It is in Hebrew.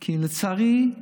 כי לצערי,